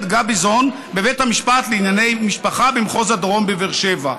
גביזון בבית המשפט לענייני משפחה במחוז הדרום בבאר שבע.